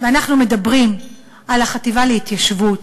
ואנחנו מדברים על החטיבה להתיישבות,